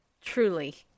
Truly